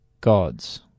Gods